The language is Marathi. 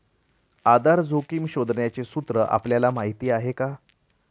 आधार जोखिम शोधण्याचे सूत्र आपल्याला माहीत आहे का?